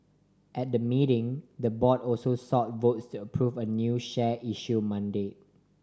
at the meeting the board also sought votes to approve a new share issue mandate